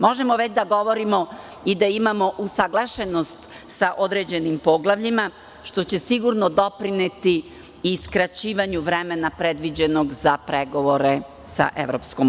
Možemo da govorimo da imamo usaglašenost sa određenim poglavljima, što će sigurno doprineti i skraćivanju vremena predviđenog za pregovore sa EU.